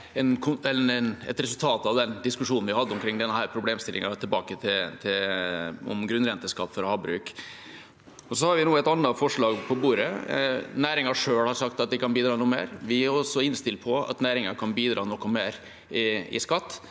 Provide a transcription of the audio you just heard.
et resultat av den diskusjonen vi hadde om problemstillingen med grunnrenteskatt for havbruk. Vi har nå et annet forslag på bordet. Næringen selv har sagt at de kan bidra noe mer. Vi er også innstilt på at næringen kan bidra noe mer i skatt,